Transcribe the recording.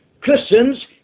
Christians